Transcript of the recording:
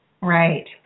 Right